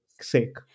sake